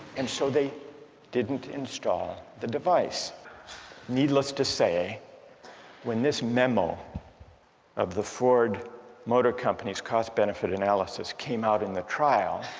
and so they didn't install the device needless to say when this memo of the ford motor company's cost-benefit analysis came out in the trial